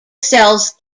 sells